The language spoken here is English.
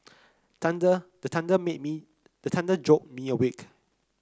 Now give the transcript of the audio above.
thunder the thunder make me the thunder jolt me awake